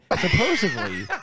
supposedly